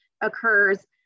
occurs